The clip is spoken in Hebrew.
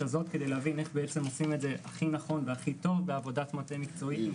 הזאת כדי להבין איך עושים את זה נכון וטוב בעזרת עבודת מטה משולבת.